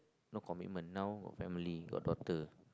no commitment now got family got daughter